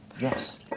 Yes